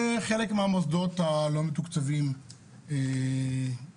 חלק מהמוסדות הלא מתוקצבים כשלו.